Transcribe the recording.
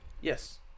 Yes